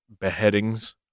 beheadings